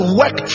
work